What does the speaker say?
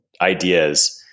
ideas